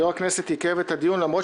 יושב-ראש הכנסת עיכב את הדיון למרות